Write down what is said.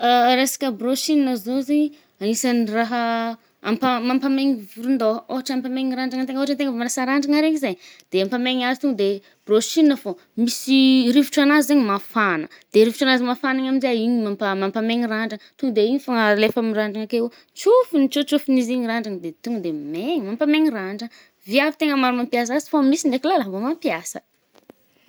Resaka brushing zao zaigny, anisan’ny raha ampa-mampamegny volon-dôha. Ôhatra ampamegny randragna antegna-ôhatra antegna avy anasa randragna regny zayy, de ampamegny azy to de brushing fô. Misy rivotranazy zaigny mafana. De rivotranazy mafana igny aminje, igny mampa-mampamegny randrana. To de igny fôgna alefa amy randragna akeo. Tsofigny, tsô-tsôfigny izy igny randragna de to nde megny. Mampamegny randra à, viavy tegna tegna maro mampiasa azy fa misy ndraiky làlà mbô mampiasa à.